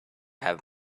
have